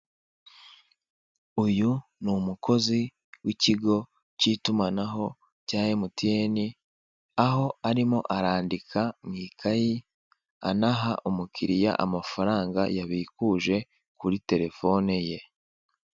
Uyu ni umukozi w'ikigo k'itumanaho cya MTN, aho arimo arandika mu ikayi, anaha umukiriya amafaranga yabikuje kuri telefone ye.